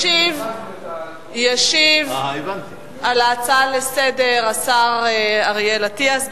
ישיב על ההצעה לסדר-היום השר אריאל אטיאס.